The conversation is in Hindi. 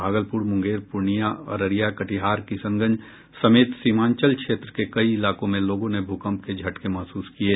भागलपुर मुंगेर पूर्णिया अररिया कटिहार किशनगंज समेत सीमांचल क्षेत्र के कई इलाकों में लोगों ने भूकंप के झटके महसूस किये